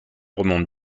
remonte